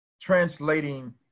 translating